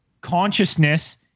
consciousness